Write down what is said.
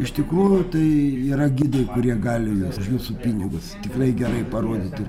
iš tikrųjų tai yra gidai kurie gali vesti už jūsų pinigus tikrai gerai parodyti